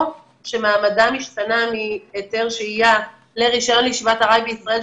שמעמדם השתנה מהיתר שהייה לרישיון ישיבת ארעי בישראל,